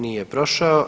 Nije prošao.